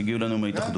שהגענו אלינו מהתאחדות.